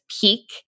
peak